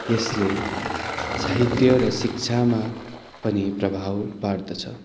यसले साहित्य र शिक्षामा पनि प्रभाव पार्दछ